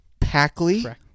Packley